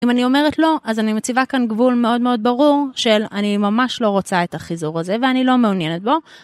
אם אני אומרת לא אז אני מציבה כאן גבול מאוד מאוד ברור של אני ממש לא רוצה את החיזור הזה ואני לא מעוניינת בו.